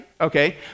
okay